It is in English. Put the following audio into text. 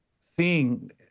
seeing